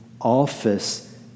office